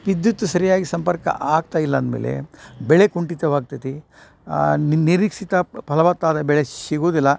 ವಿದ್ಯುತ್ತು ಸರಿಯಾಗಿ ಸಂಪರ್ಕ ಆಗ್ತಯಿಲ್ಲ ಅಂದ್ಮೇಲೆ ಬೆಳೆ ಕುಂಟಿತವಾಗ್ತತಿ ನಿರೀಕ್ಷಿತ ಫಲವತ್ತಾದ ಬೆಳೆ ಸಿಗುದಿಲ್ಲ